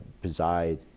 preside